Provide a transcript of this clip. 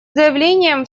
заявлением